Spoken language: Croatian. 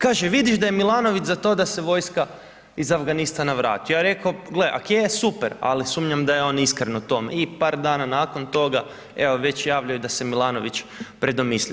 Kažu vidiš da je Milanović za to da se vojska iz Afganistana vrati, ja reko gle ako je super, ali sumnjam da je on iskren u tom i par dana nakon toga evo već javljaju da se Milanović predomislio.